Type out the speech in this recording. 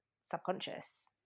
subconscious